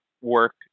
work